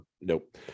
Nope